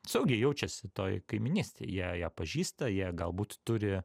saugiai jaučiasi toj kaimynystėj jie ją pažįsta jie galbūt turi